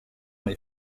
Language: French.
les